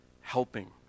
helping